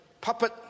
puppet